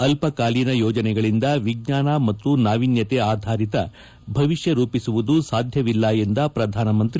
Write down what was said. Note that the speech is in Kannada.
ಅಲ್ಲಕಾಲೀನ ಯೋಜನೆಗಳಿಂದ ವಿಜ್ವಾನ ಮತ್ತು ನಾವೀನ್ಯತೆ ಆಧಾರಿತ ಭವಿಷ್ಕ ರೂಪಿಸುವುದು ಸಾಧ್ಯವಿಲ್ಲ ಎಂದ ಪ್ರಧಾನಮಂತ್ರಿ